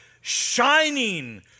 shining